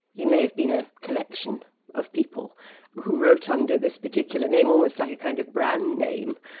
he may have been a collection of people who wrote under this particular name, almost like a kind of brand name.